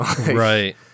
Right